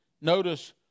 Notice